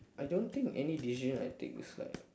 I don't think any decision I take is like